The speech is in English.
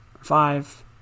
five